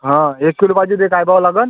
हां एक किलो पाहिजे होते काय भाव लागेल